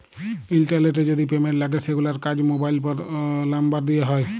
ইলটারলেটে যদি পেমেল্ট লাগে সেগুলার কাজ মোবাইল লামবার দ্যিয়ে হয়